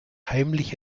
heimlich